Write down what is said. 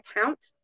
account